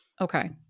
Okay